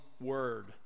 word